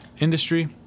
industry